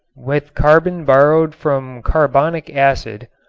with carbon borrowed from carbonic acid,